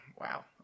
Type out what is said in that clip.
wow